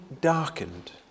darkened